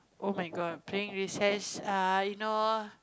oh-my-god playing recess uh you know